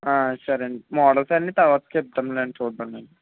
సరేను models అన్నీ తరువాత చెప్తాను లేండి చూద్దాం లేండి